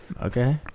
okay